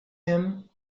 him